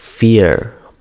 Fear